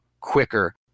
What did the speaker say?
quicker